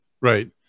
Right